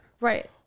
Right